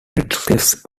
ratcliffe